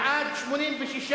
בבקשה,